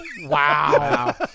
Wow